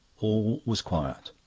all was quiet